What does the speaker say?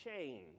change